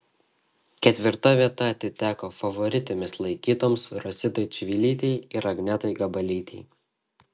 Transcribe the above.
ketvirta vieta atiteko favoritėmis laikytoms rositai čivilytei ir agnetai gabalytei